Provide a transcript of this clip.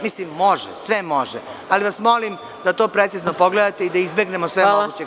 Mislim, može, sve može, ali vas molim da to precizno pogledate i da izbegnemo neprijatnosti.